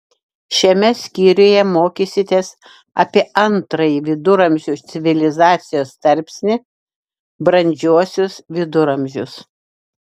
šiame skyriuje mokysitės apie antrąjį viduramžių civilizacijos tarpsnį brandžiuosius viduramžius